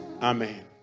amen